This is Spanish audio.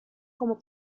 como